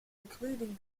including